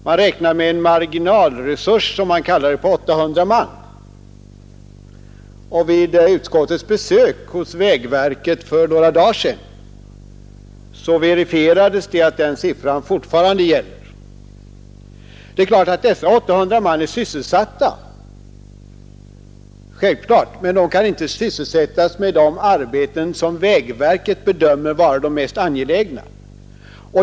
Man räknar med — som man kallar det — en marginalresurs på 800 man. Vid utskottets besök hos vägverket för några dagar sedan verifierades också att denna siffra fortfarande gäller. Självfallet är dessa 800 man sysselsatta, men de kan inte sättas in på de arbeten som vägverket bedömer vara mest angelägna.